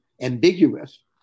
ambiguous